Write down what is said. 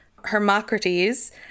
hermocrates